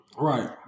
Right